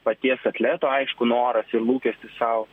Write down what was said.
paties atleto aišku noras ir lūkestis sau